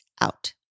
out